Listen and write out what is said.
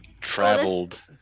traveled